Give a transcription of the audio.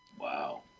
Wow